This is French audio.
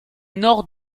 nord